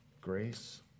Grace